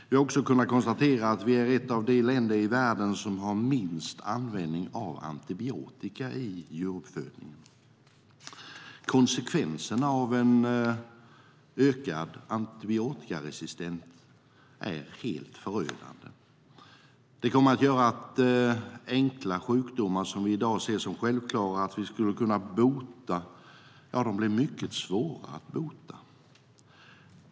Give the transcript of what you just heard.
Vi har också kunnat konstatera att vi är ett av de länder i världen som har minst användning av antibiotika i djuruppfödningen. Konsekvenserna av ökad antibiotikaresistens är helt förödande. Det kommer att göra att enkla sjukdomar som vi i dag ser som självklara att kunna bota blir mycket svåra att bota.